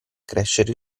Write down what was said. crescere